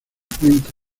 cuente